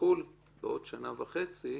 יחול בעוד שנה וחצי,